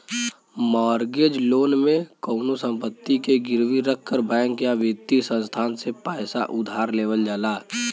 mortgage loan में कउनो संपत्ति के गिरवी रखकर बैंक या वित्तीय संस्थान से पैसा उधार लेवल जाला